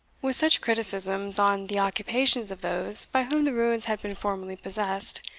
with such criticisms on the occupations of those by whom the ruins had been formerly possessed,